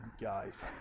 guys